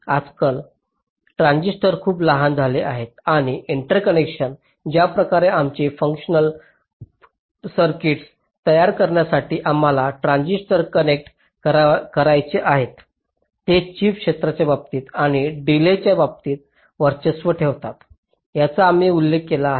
आजकाल ट्रान्झिस्टर खूप लहान झाले आहेत आणि इंटरकनेक्शन्स ज्या प्रकारे आमचे फंक्शनल सर्किट्स तयार करण्यासाठी आम्हाला ट्रान्झिस्टर कनेक्ट करायचे आहेत ते चिप क्षेत्राच्या बाबतीत आणि डिलेज च्या बाबतीतही वर्चस्व ठेवतात याचा आम्ही उल्लेख केला आहे